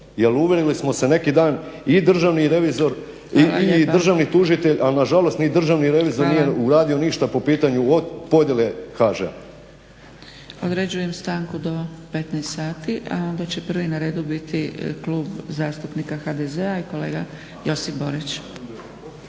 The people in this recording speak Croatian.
Jer uvjerili smo se neki dan i državni revizor i državni tužitelj, ali nažalost ni državni revizor nije uradio ništa po pitanju podjele HŽ-a. **Zgrebec, Dragica (SDP)** Određujem stanku do 15,00 sati, a onda će prvi na redu biti Klub zastupnika HDZ-a i kolega Josip Borić.